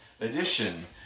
edition